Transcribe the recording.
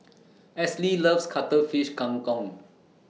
Esley loves Cuttlefish Kang Kong